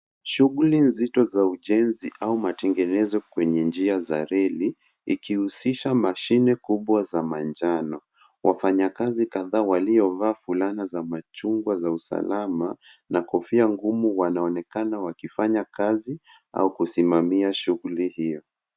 Shughuli nzito za ujenzi au matengenezo kwenye njia za reli. Ikihusisha mashine kubwa za manjano. Wafanyakazi kadhaa waliovaa fulana za machungwa za usalama, na kofia ngumu wanaonekana wakifanya kazi au kusimamia shughuli hiyo.